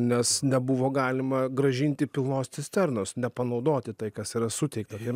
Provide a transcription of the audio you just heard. nes nebuvo galima grąžinti pilnos cisternos nepanaudoti tai kas yra suteikta ir